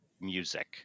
music